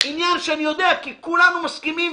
עניין שאני יודע כי כולנו מסכימים,